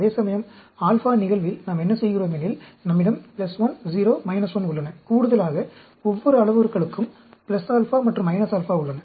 அதேசமயம் α நிகழ்வில் நாம் என்ன செய்கிறோம் எனில் நம்மிடம் 1 0 1 உள்ளன கூடுதலாக ஒவ்வொரு அளவுருக்களுக்கும் α மற்றும் α உள்ளன